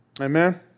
Amen